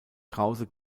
krause